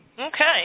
Okay